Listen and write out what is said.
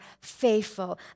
faithful